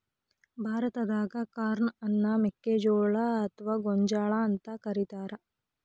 ಭಾರತಾದಾಗ ಕಾರ್ನ್ ಅನ್ನ ಮೆಕ್ಕಿಜೋಳ ಅತ್ವಾ ಗೋಂಜಾಳ ಅಂತ ಕರೇತಾರ